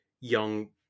young